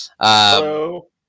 Hello